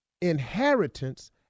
inheritance